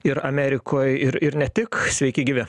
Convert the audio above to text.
ir amerikoj ir ir ne tik sveiki gyvi